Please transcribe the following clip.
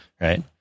right